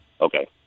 Okay